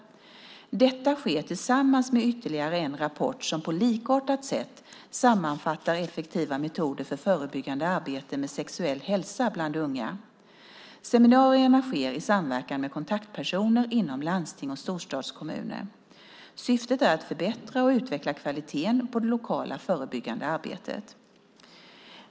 Detta sker tillsammans med ytterligare en rapport som på likartat sätt sammanfattar effektiva metoder för förebyggande arbete med sexuell hälsa bland unga. Seminarierna sker i samverkan med kontaktpersoner inom landsting och storstadskommuner. Syftet är att förbättra och utveckla kvaliteten på det lokala förebyggande arbetet.